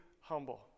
humble